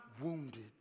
wounded